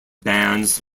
bands